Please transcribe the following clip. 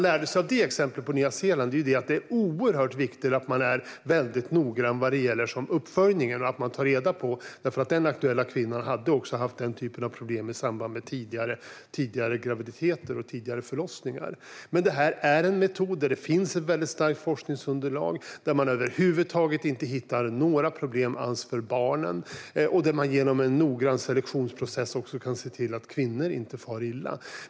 Av det exemplet lärde man sig att det är oerhört viktigt att vara noggrann med uppföljningen och att man tar reda på sådant. Den aktuella kvinnan hade nämligen haft den typen av problem också i samband med tidigare graviditeter och förlossningar. Det här är en metod för vilken det finns ett starkt forskningsunderlag. Man hittar inga problem över huvud taget för barnen, och genom en noggrann selektionsprocess kan man också se till att kvinnor inte far illa.